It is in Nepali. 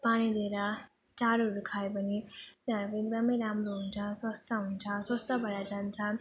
पानी दिएर चारोहरू खायो भने त्यहाँ एकदम राम्रो हुन्छ स्वास्थ्य हुन्छ स्वास्थ्य भएर जान्छ